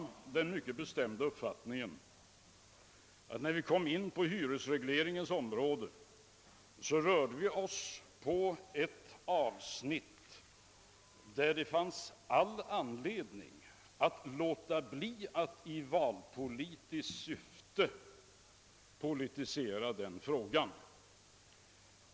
Vi hade den mycket bestämda uppfattningen att vi i fråga om hyresregleringen rörde oss på ett område där det fanns orsak låta bli att i valpolitiskt syfte politisera frågan.